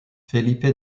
felipe